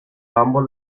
ambos